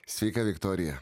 sveika viktorija